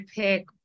pick